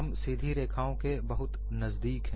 हम सीधी रेखाओं के बहुत नजदीक हैं